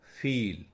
feel